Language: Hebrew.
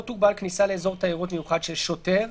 תוגבל כניסה לאזור תיירות מיוחד של שוטר,